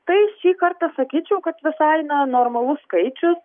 tai šį kartą sakyčiau kad visai na normalus skaičius